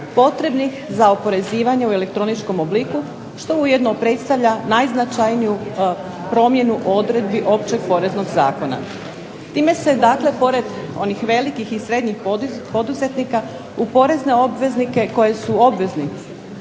potrebnih za oporezivanje u elektroničkom obliku što ujedno predstavlja najznačajniju promjenu odredbi Općeg poreznog zakona. Time se dakle pored onih velikih i srednjih poduzetnika u porezne obveznike koji su obvezni